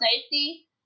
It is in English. safety